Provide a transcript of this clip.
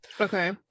Okay